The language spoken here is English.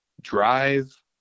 drive